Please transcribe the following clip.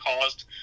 caused